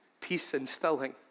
peace-instilling